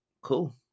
Cool